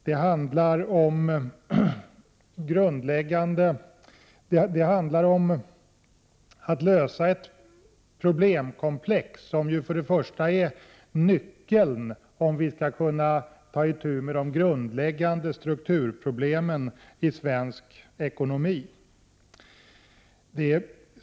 Det handlar om att lösa problem som är nyckeln till lösningen av de grundläggande strukturproblemen i svensk ekonomi.